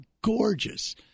gorgeous